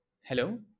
Hello